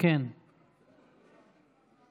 אז תוצאות ההצבעה: 60 חברי כנסת